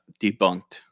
debunked